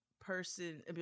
person